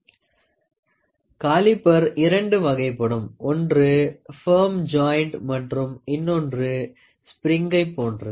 caliper இரண்டு வகைப்படும் ஓன்று பார்ம் ஜய்ண்ட் மற்றும் இன்னொன்று ஸ்ப்ரிங்கை போன்றது